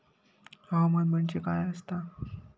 हवामान म्हणजे काय असता?